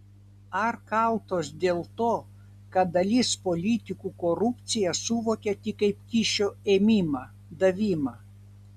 ar kaltos dėl to kad dalis politikų korupciją suvokia tik kaip kyšio ėmimą davimą